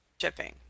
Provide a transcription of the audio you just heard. shipping